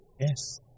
Yes